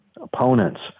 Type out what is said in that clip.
opponents